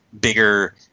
bigger